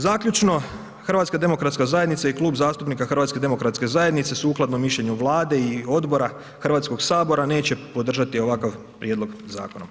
Zaključno HDZ i Klub zastupnika HDZ-a sukladno mišljenju Vlade i odbora Hrvatskoga sabora neće podržati ovakav prijedlog zakona.